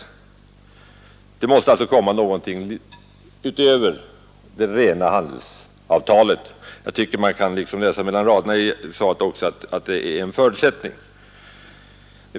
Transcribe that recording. Det måste alltså komma till stånd någonting utöver det rena handelsavtalet. Jag tycker också att man kan läsa mellan raderna i svaret att detta är en förutsättning.